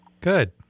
Good